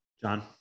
John